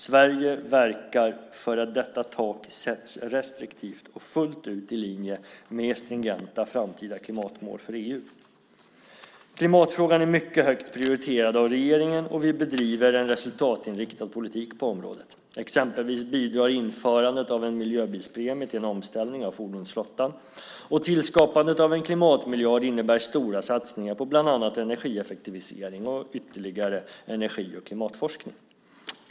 Sverige verkar för att detta tak sätts restriktivt och fullt ut i linje med stringenta framtida klimatmål för EU. Klimatfrågan är mycket högt prioriterad av regeringen, och vi bedriver en resultatinriktad politik på området. Exempelvis bidrar införandet av en miljöbilspremie till en omställning av fordonsflottan, och tillskapandet av en klimatmiljard innebär stora satsningar på bland annat energieffektivisering och ytterligare energi och klimatforskning.